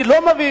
אני לא מבין,